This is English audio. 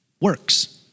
works